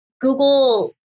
Google